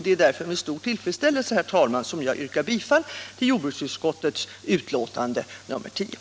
Det är därför med stor tillfredsställelse, herr talman, som jag yrkar bifall till jordbruksutskottets hemställan i dess betänkande nr 10.